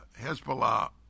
Hezbollah